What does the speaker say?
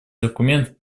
документ